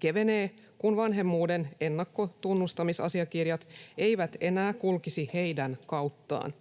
kevenee, kun vanhemmuuden ennakkotunnustamisasiakirjat eivät enää kulkisi heidän kauttaan.